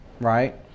Right